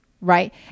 right